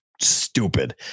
stupid